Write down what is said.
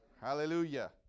Hallelujah